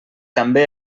també